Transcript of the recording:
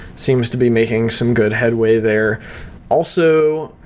seems to be making some good headway there also,